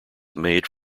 made